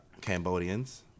Cambodians